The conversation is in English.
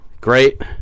Great